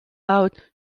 laut